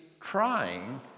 trying